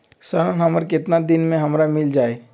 ऋण हमर केतना दिन मे हमरा मील जाई?